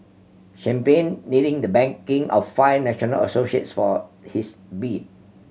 champagne needing the backing of five national associations for his bid